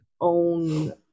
own